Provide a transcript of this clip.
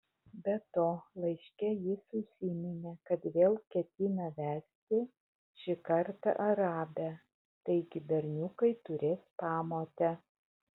be to laiške jis užsiminė kad vėl ketina vesti šį kartą arabę taigi berniukai turės pamotę